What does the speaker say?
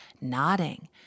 nodding